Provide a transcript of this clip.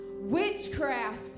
witchcraft